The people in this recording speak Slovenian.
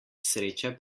sreča